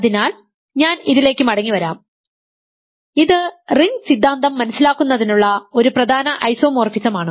അതിനാൽ ഞാൻ ഇതിലേക്ക് മടങ്ങിവരാം ഇത് റിംഗ് സിദ്ധാന്തം മനസ്സിലാക്കുന്നതിനുള്ള ഒരു പ്രധാന ഐസോമോർഫിസമാണ്